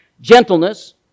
Gentleness